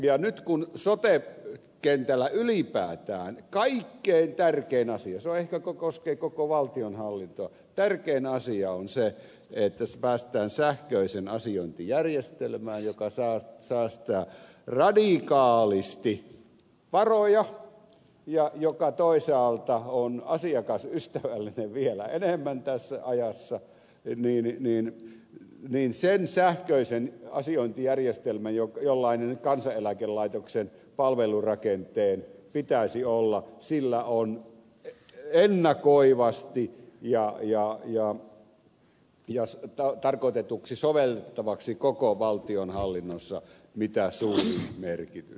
nyt kun sote kentällä ylipäätään kaikkein tärkein asia se koskee koko valtionhallintoa on se että päästään sähköiseen asiointijärjestelmään joka säästää radikaalisti varoja ja joka toisaalta on asiakasystävällinen vielä enemmän tässä ajassa niin sillä sähköisellä asiointijärjestelmällä millainen kansaneläkelaitoksen palvelurakenteen pitäisi olla on ennakoivasti ja sovellettavaksi tarkoitettuna koko valtionhallinnossa mitä suurin merkitys